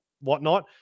whatnot